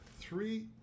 three